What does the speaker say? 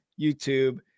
YouTube